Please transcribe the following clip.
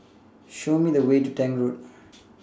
Show Me The Way to Tank Road